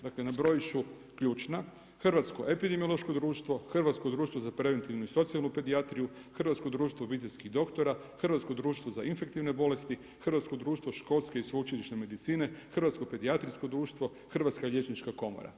Dakle, nabrojiti ću ključna, Hrvatsko epidemiološko društvo, Hrvatsko društvo za preventivno i socijalnu pedijatru, Hrvatsko društvo obiteljski doktora, Hrvatsko društvo za infektivne bolesti, Hrvatsko društvo školske i sveučilišne medicine, Hrvatsko pedijatrijsko društvo, Hrvatska liječnička komora.